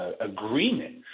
agreement